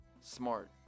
Smart